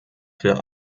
für